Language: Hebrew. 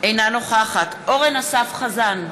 אינה נוכחת אורן אסף חזן,